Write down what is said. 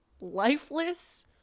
lifeless